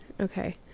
okay